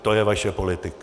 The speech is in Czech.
To je vaše politika.